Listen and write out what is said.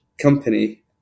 company